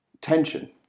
tension